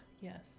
Yes